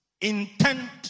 Intent